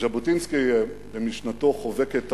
ז'בוטינסקי ומשנתו חובקת העולם,